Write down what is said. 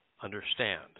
Understand